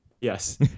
yes